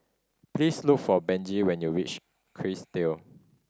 please look for Benji when you reach Kerrisdale